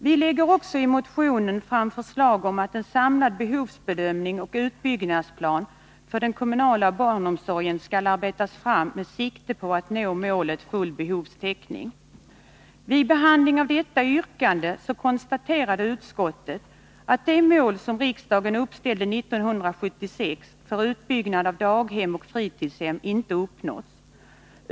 Vi lägger i motionen också fram förslag om att en samlad behovsbedöm ning och att en utbyggnadsplan för den kommunala barnomsorgen skall arbetas fram med sikte på att nå målet full behovstäckning. Vid behandlingen av detta yrkande konstaterade utskottet att de mål som riksdagen 1976 uppställde för utbyggnaden av daghem och fritidshem inte uppnåtts.